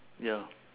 ya